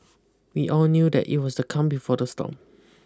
we all knew that it was the calm before the storm